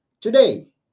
today